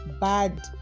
bad